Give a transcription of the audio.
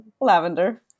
Lavender